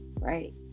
right